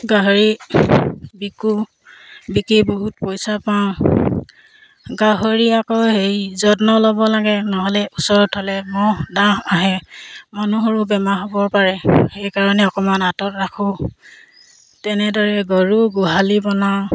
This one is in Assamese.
গাহৰি বিকো বিকি বহুত পইচা পাওঁ গাহৰি আকৌ হেৰি যত্ন ল'ব লাগে নহ'লে ওচৰত হ'লে মহ ডাঁহ আহে মনুহৰো বেমাৰ হ'ব পাৰে সেইকাৰণে অকণমান আঁতৰত ৰাখোঁ তেনেদৰে গৰুৰ গোহালি বনাওঁ